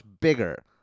bigger